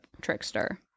trickster